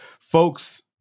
folks